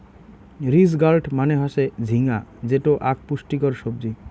ridge gourd মানে হসে ঝিঙ্গা যেটো আক পুষ্টিকর সবজি